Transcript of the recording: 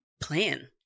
plan